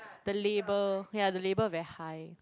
the labour yeah the labour very high